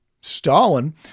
Stalin